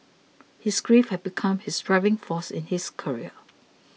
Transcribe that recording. his grief had become his driving force in his career